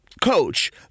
coach